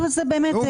לא שמת לב מה הוא אמר.